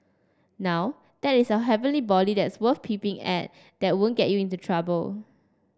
now that is a heavenly body that's worth peeping at that won't get you into trouble